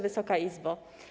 Wysoka Izbo!